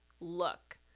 look